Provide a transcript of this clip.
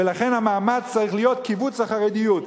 ולכן המאמץ צריך להיות כיווץ החרדיות.